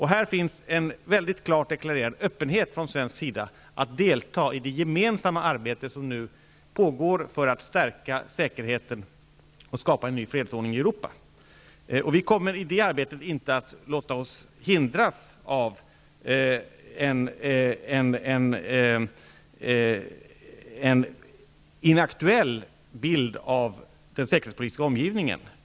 Här finns en mycket klart deklarerad öppenhet från svensk sida att delta i det gemensamma arbete som nu pågår för att stärka säkerheten och skapa en ny fredsordning i I detta arbete kommer vi inte att låta oss hindras av en inaktuell bild av den säkerhetspolitiska omgivningen.